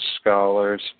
scholars